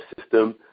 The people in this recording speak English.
system